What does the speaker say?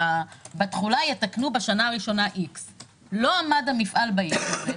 בתחולה יתקנו בשנה הראשונה X. לא עמד המפעל ב-X הזה,